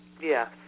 Yes